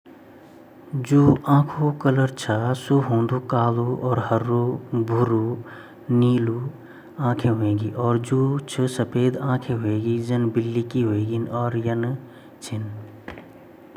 तन ता भोत तरहा आंखे वोन्दी पर आंखू जू कलर ची मैन ऊ वोन्दू जन काली छिन भूरी छिन अर नीली छिन अर हरी वोन अर ग्रे।